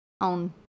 own